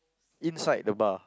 inside the bar